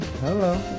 Hello